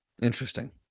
Interesting